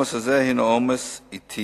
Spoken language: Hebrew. העומס הזה הוא עומס עתי,